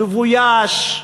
מבויש,